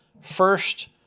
First